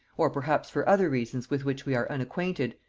or perhaps for other reasons with which we are unacquainted,